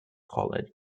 college